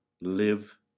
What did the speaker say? live